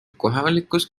kohalikus